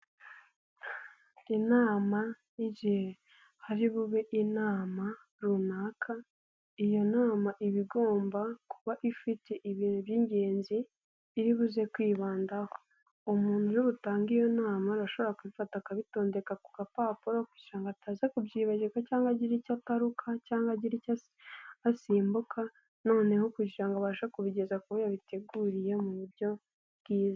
Inama ni igihe hari bube inama runaka. Iyo nama iba igomba kuba ifite ibintu by'ingenzi iri buze kwibandaho. Umuntu uri butange iyo nama ashobora gufata akabitondeka ku gapapuro kugira ngo ataza kubyibagirwa cyangwa agira icyo ataruka cyangwa agira icyo asimbuka. Noneho kugira ngo abashe kubigeza kubo yabiteguriye mu buryo bwiza.